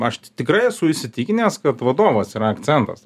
aš tikrai esu įsitikinęs kad vadovas yra akcentas